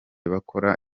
bakora